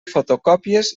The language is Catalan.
fotocòpies